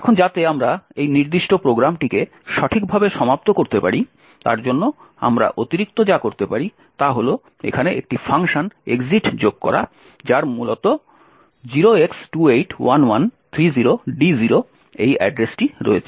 এখন যাতে আমরা এই নির্দিষ্ট প্রোগ্রামটিকে সঠিকভাবে সমাপ্ত করতে পারি তার জন্য আমরা অতিরিক্ত যা করতে পারি তা হল এখানে একটি ফাংশন exit যোগ করা যার মূলত 0x281130d0 অ্যাড্রেসটি রয়েছে